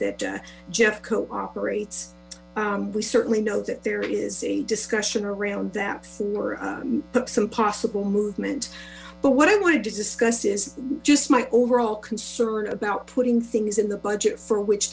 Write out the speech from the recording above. that jeff cooperates we certainly know that there is a discussion around that for some possible movement but what i wanted to discuss is just my overall concern about putting things in the budget for which